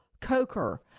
Coker